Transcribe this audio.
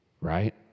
Right